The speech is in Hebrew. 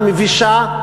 המבישה,